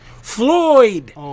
Floyd